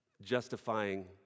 justifying